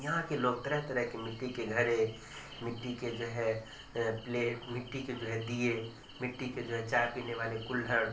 یہاں کے لوگ طرح طرح کے مٹی کے گھڑے مٹی کے جو ہے پلیٹ مٹی کے جو ہے دئیے مٹی کے جو ہے چائے پینے والے کلہڑ